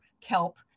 kelp